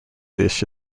dish